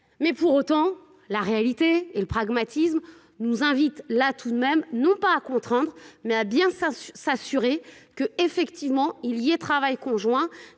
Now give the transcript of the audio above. mais pour autant, la réalité et le pragmatisme nous invitent là tout de même, non pas à contraindre mais à bien s'assurer que, effectivement, il y ait travail conjoint,